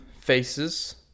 faces